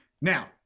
Now